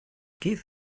give